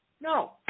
No